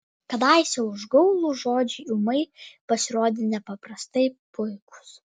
kadaise užgaulūs žodžiai ūmai pasirodė nepaprastai puikūs